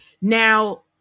Now